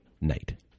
night